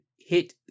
hit